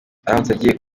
aramutse